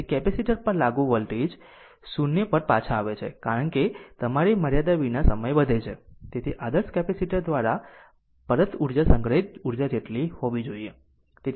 તેથી કેપેસિટર પર લાગુ વોલ્ટેજ 0 પર પાછા આવે છે કારણ કે તમારી મર્યાદા વિના સમય વધે છે તેથી આ આદર્શ કેપેસિટર દ્વારા પરત ઊર્જા સંગ્રહિત ઊર્જા જેટલી હોવી જોઈએ